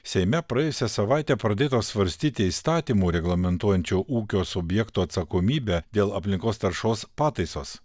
seime praėjusią savaitę pradėtos svarstyti įstatymų reglamentuojančių ūkio subjektų atsakomybę dėl aplinkos taršos pataisos